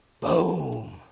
boom